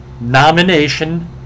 nomination